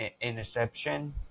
Interception